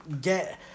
get